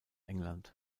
england